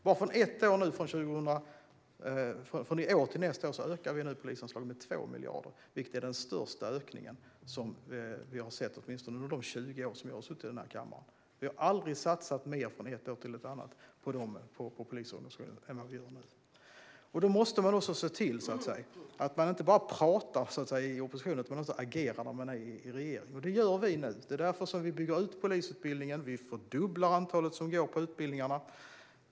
Bara från i år till nästa år ökar vi polisens anslag med 2 miljarder, vilket är den största ökningen under åtminstone de 20 år som jag har suttit i den här kammaren. Vi har aldrig satsat mer från ett år till ett annat på polisorganisationen än vad vi gör nu. Man måste se till att inte bara prata i oppositionen utan också agera när man är i regering. Det gör vi nu. Det är därför vi bygger ut polisutbildningen. Vi fördubblar antalet som går på utbildningarna.